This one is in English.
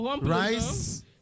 Rice